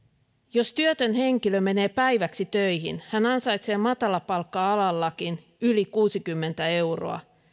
jos työtön henkilö menee päiväksi töihin hän ansaitsee matalapalkka alallakin yli kuusikymmentä euroa